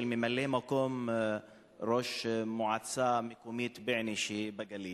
ממלא-מקום ראש מועצה מקומית בועיינה שבגליל,